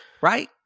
right